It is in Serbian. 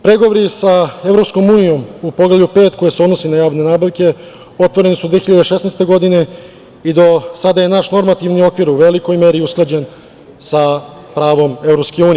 Pregovori sa EU u Poglavlju 5. koji se odnosi na javne nabavke otvoreni su 2016. godine, i do sada je naš normativni okvir u velikoj meri usklađen sa pravom EU.